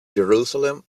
jerusalem